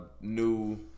new